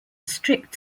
strict